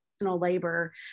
labor